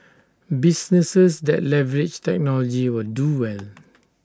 businesses that leverage technology will do well